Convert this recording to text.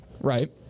right